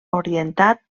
orientat